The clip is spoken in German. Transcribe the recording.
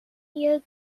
ihr